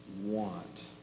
want